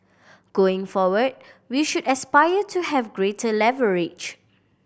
going forward we should aspire to have greater leverage